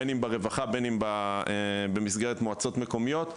בין אם ברווחה בין אם במסגרת מועצות מקומיות,